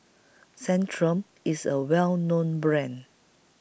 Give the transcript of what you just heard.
Centrum IS A Well known Brand